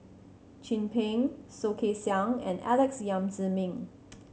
Chin Peng Soh Kay Siang and Alex Yam Ziming